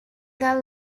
that